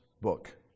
book